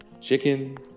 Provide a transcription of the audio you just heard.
Chicken